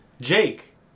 Jake